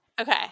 Okay